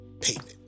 payment